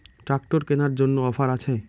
Tractor কেনার জন্য offer আছে?